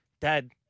Dad